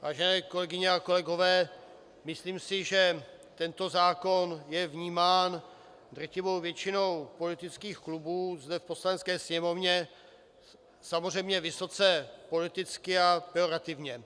Vážené kolegyně a kolegové, myslím si, že tento zákon je vnímán drtivou většinou politických klubů zde v Poslanecké sněmovně samozřejmě vysoce politicky a pejorativně.